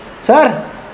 Sir